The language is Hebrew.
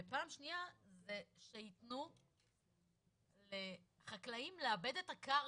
ופעם שנייה זה שיתנו לחקלאים לעבד את הקרקע.